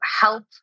help